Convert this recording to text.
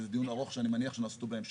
וזה דיון ארוך שאני מניח שנעשה אותו בהמשך,